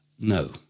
No